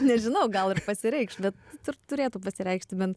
nežinau gal ir pasireikš bet tu tai turėtų pasireikšti bent